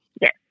Yes